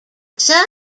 sir